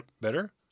better